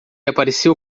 apareceu